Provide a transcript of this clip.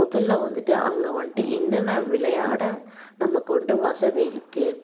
முதல்ல வந்துட்டு அங்கே வந்துட்டு என்னென்ன விளையாட நமக்கு வந்துட்டு வசதி இருக்கு